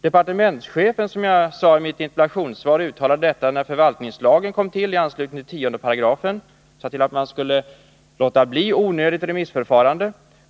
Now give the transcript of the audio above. Departementschefen uttalade, som jag sade i mitt svar, när förvaltningslagen kom till i anslutning till 10 § att man skulle låta bli onödigt remissförfarande.